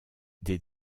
des